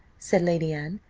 said lady anne,